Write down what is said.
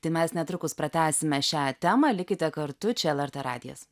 tai mes netrukus pratęsime šią temą likite kartu čia lrt radijas